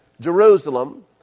Jerusalem